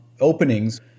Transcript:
openings